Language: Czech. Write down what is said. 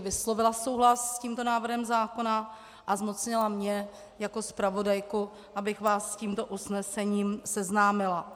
vyslovila souhlas s tímto návrhem zákona, a zmocnila mě jako zpravodajku, abych vás s tímto usnesením seznámila.